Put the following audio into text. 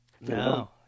No